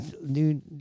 new